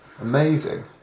Amazing